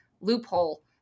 loophole